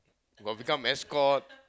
got become mascot